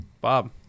Bob